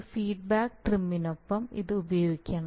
ഒരു ഫീഡ്ബാക്ക് ട്രിമിനൊപ്പം ഇത് ഉപയോഗിക്കണം